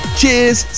cheers